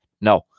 No